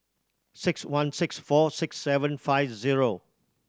six one six four six seven five zero